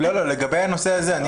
לגבי הנושא הזה?